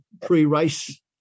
pre-race